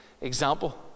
example